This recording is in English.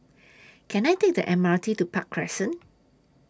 Can I Take The M R T to Park Crescent